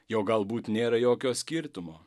jog galbūt nėra jokio skirtumo